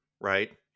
right